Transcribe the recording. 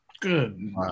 Good